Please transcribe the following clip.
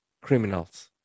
criminals